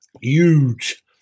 huge